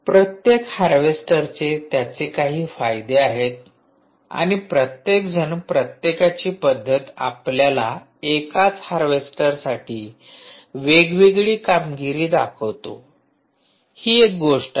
प्रत्येक हार्वेस्टरचे त्याचे काही फायदे आहेत आणि प्रत्येकजण प्रत्येकाची पद्धत आपल्याला एकाच हार्वेस्टरसाठी वेगवेगळी कामगिरी दाखवतो हि एक गोष्ट आहे